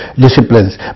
disciplines